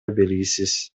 белгисиз